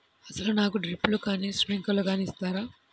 అసలు నాకు డ్రిప్లు కానీ స్ప్రింక్లర్ కానీ ఇస్తారా?